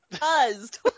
buzzed